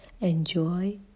Enjoy